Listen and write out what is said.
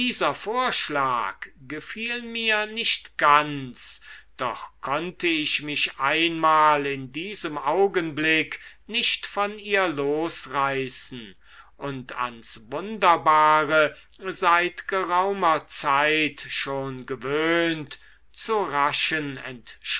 vorschlag gefiel mir nicht ganz doch konnte ich mich einmal in diesem augenblick nicht von ihr losreißen und ans wunderbare seit geraumer zeit schon gewöhnt zu raschen